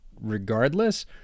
regardless